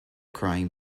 crying